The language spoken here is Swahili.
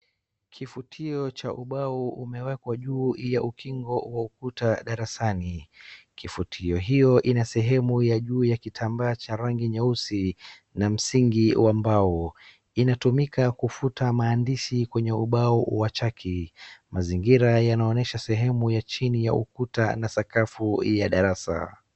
Kifutio cha ubao umewekwa juu ya ukingo wa ukuta darasani. Kifutio hiyo ina sehemu ya juu ya kitambaa cha rangi nyeusi na msingi wa mbao. Inatumika kufuta maandishi kwenye ubao wa chaki. Mazingira yanaonesha shemu ya chini ya ukuta na sakafu ya darasa.